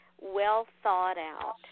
well-thought-out